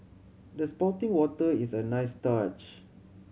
the spouting water is a nice touch